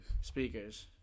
Speakers